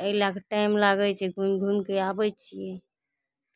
एहि लए कऽ टाइम लागै छै घुमि घुमिके आबै छियै